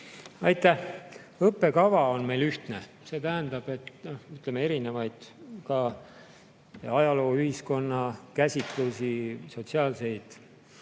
Aitäh! Õppekava on meil ühtne, see tähendab, et erinevaid ajaloo ja ühiskonna käsitlusi, sotsiaalseid